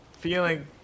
feeling